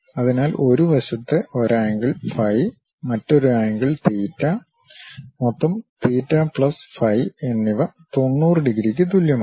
അതിനാൽ ഒരു വശത്ത് ഒരു ആംഗിൾ ഫൈ മറ്റൊരു ആംഗിൾ തീറ്റ മൊത്തം തീറ്റ പ്ലസ് ഫൈ എന്നിവ 90 ഡിഗ്രിക്ക് തുല്യമാണ്